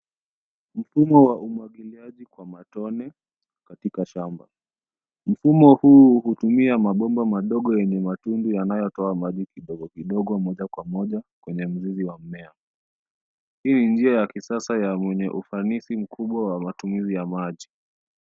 Mfumo wa umwagiliaji kwa matone katika shamba. Mfumo huu hutumia mabomba madogo yenye matundu yanayotoa maji kidogo kidogo moja kwa moja kwenye mzizi wa mmea. Hii ni njia ya kisasa ya wenye ufanisi mkubwa wa matumizi ya maji.